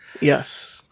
Yes